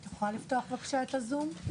את יכולה לפתוח, בבקשה, את הזום?